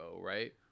right